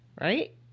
Right